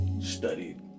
studied